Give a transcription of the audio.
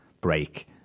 break